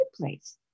place